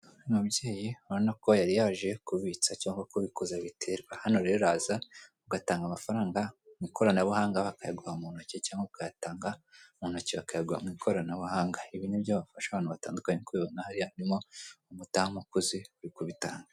Umubyeyi urabona ko yari yaje kubitsa cyangwa kubikuza biterwa, hano rero uraza ugatanga amafaranga mu ikoranabuhanga bakayaguha mu ntoki cyangwa ukayatanga mu ntoki bakayagwa mu ikoranabuhanga. Ibi nibyo bafasha abantu batandukanye, uri kubibona hariya harimo umudamu ukuze uri kubitanga.